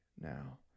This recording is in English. now